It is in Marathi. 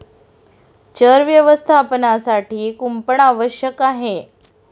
चर व्यवस्थापनासाठी कुंपण आवश्यक आहे